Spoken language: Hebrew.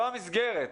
לא המסגרת.